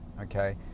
Okay